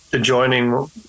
joining